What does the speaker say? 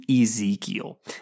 Ezekiel